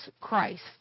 Christ